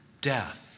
death